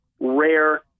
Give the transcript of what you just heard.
rare